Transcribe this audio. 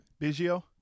Biggio